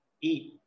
eat